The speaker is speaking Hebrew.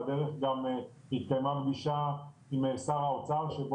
בדרך גם התקיימה פגישה עם שר האוצר שבה